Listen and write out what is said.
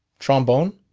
trombone?